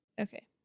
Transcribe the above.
Okay